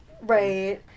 Right